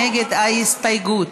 ההסתייגות?